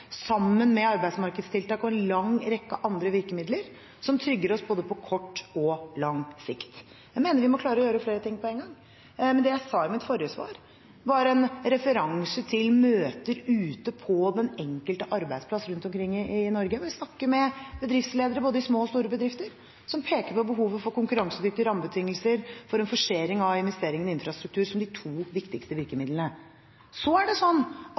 sammen med arbeidsmarkedstiltak og en lang rekke andre virkemidler som trygger oss på både kort og lang sikt. Jeg mener vi må klare å gjøre flere ting på en gang. Men det jeg sa i mitt forrige svar, var en referanse til møter ute på den enkelte arbeidsplass rundt omkring i Norge, hvor vi snakker med bedriftsledere i både små og store bedrifter, som peker på behovet for konkurransedyktige rammebetingelser og for en forsering av investeringene i infrastruktur som de to viktigste virkemidlene. Så er det sånn at